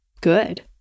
good